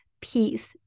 peace